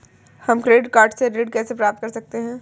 हम credit card से ऋण कैसे प्राप्त कर सकते हैं?